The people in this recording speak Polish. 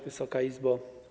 Wysoka Izbo!